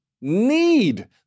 need